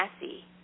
messy